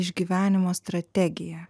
išgyvenimo strategiją